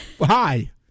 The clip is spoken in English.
Hi